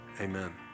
Amen